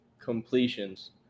completions